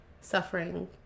suffering